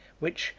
which,